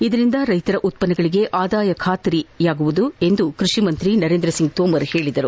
ಇದರಿಂದ ರೈತರ ಉತ್ಪನ್ನಗಳಿಗೆ ಆದಾಯ ಖಾತರಿ ಪಡಿಸಲಿದೆ ಎಂದು ಕೃಷಿ ಸಚಿವ ನರೇಂದ್ರ ಸಿಂಗ್ ತೋಮರ್ ತಿಳಿಸಿದ್ದಾರೆ